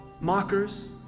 mockers